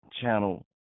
channel